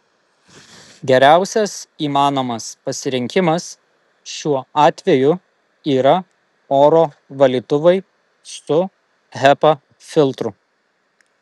geriausias įmanomas pasirinkimas šiuo atveju yra oro valytuvai su hepa filtru